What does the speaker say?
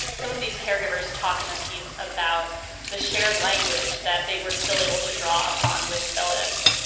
some of these caregivers talk in the piece about the shared language that they were still able to draw upon with phyllis.